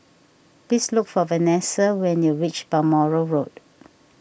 please look for Venessa when you reach Balmoral Road